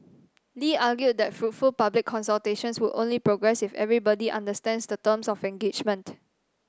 Lee argued that fruitful public consultations would only progress if everybody understands the terms of engagement